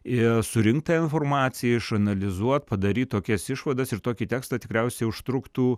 ir surinkt tą informaciją išanalizuot padaryt tokias išvadas ir tokį tekstą tikriausiai užtruktų